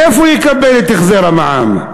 מאיפה יקבל את החזר המע"מ?